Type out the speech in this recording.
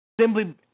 Simply